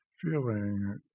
feeling